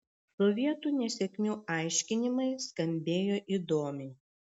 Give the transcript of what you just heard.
sovietų nesėkmių aiškinimai skambėjo įdomiai